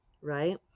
right